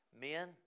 Men